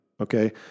okay